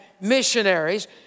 missionaries